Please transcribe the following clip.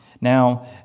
Now